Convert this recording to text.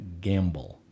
Gamble